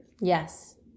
Yes